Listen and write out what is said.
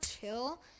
chill